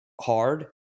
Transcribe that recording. hard